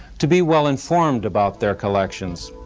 to be well informed about their collections,